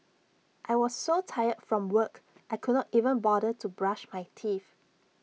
I was so tired from work I could not even bother to brush my teeth